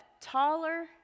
taller